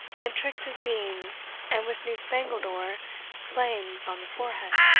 and tricks his beams, and with new-spangled ore flames on the forehead